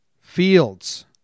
Fields